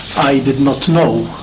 i did not know